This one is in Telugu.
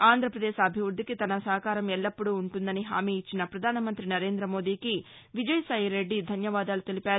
ఆంధ్రప్రదేశ్ అభివృద్ధికి తన సహకారం ఎల్లప్పుడూ ఉంటుందని హామీ ఇచ్చిన ప్రధానమంత్రి నరేంధ మోదీకి విజయసాయిరెడ్డి ధన్యవాదాలు తెలిపారు